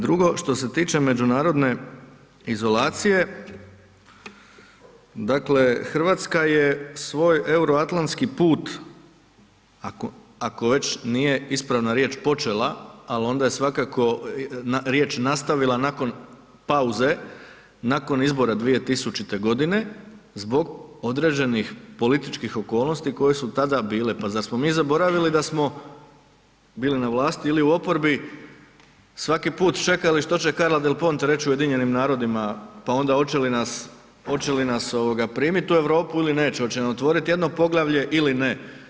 Drugo, što se tiče međunarodne izolacije, dakle Hrvatska je svoj euroatlantski put ako već nije ispravna riječ „počela“ ali je svakako riječ „nastavila“ nakon pauze, nakon izbora 2000. g., zbog određenih političkih okolnosti koje su tada bile, pa zar smo mi zaboravili da smo bili na vlasti ili u oporbi, svaki put čekali što će Carla Del Ponte reći UN-u, pa onda hoće li nas primiti u Europu ili neće, hoće nam otvoriti jedno poglavlje ili ne.